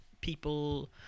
people